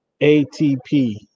ATP